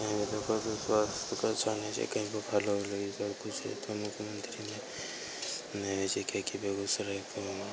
कहीं भी देखहो तऽ स्वास्थ्यके अच्छा नहि छै कहींपर ई सब किछु नहि अयतौ मुख्यमन्त्री नहि होइ छै किआकि बेगूसरायके